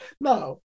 No